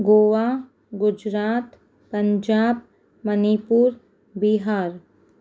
Goa Gujarat Punjab Manipur Bihar